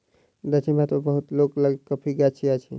दक्षिण भारत मे बहुत लोक लग कॉफ़ीक गाछी अछि